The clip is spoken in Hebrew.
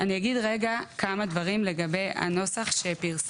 אני אגיד גם עוד כמה דברים לגבי הנוסח שפרסמנו,